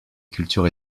culture